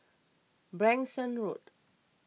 Branksome Road